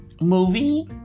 movie